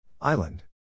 Island